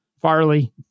Farley